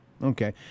Okay